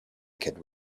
could